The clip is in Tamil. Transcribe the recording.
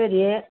சரி